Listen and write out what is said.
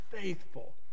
faithful